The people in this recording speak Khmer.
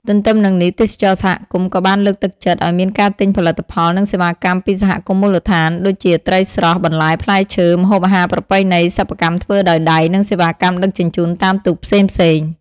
ទន្ទឹមនឹងនេះ ទេសចរណ៍សហគមន៍ក៏បានលើកទឹកចិត្តឱ្យមានការទិញផលិតផលនិងសេវាកម្មពីសហគមន៍មូលដ្ឋាន ដូចជាត្រីស្រស់ បន្លែផ្លែឈើ ម្ហូបអាហារប្រពៃណី សិប្បកម្មធ្វើដោយដៃ និងសេវាកម្មដឹកជញ្ជូនតាមទូកផ្សេងៗ។